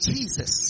Jesus